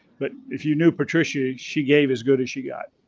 but if you knew patricia, she gave as good as she got.